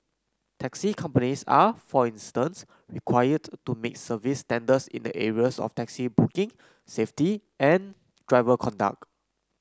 taxi companies are for instance required to meet service standards in the areas of taxi booking safety and driver conduct